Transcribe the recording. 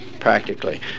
practically